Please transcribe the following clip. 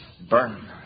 burn